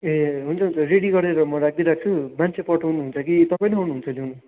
ए हुन्छ हुन्छ रेडी गरेर म राखिदि राख्छु मान्छे पठाउनु हुन्छ कि तपाईँ नै आउनु हुन्छ ल्याउनु